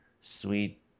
sweet